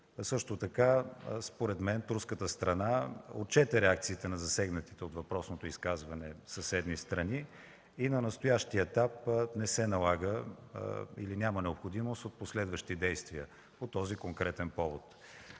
също така, според мен, турската страна отчете реакциите на засегнатите от въпросното изказване съседни страни и на настоящия етап не се налага или няма необходимост от последващи действия по този конкретен повод.